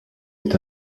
est